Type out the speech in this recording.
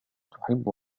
تحب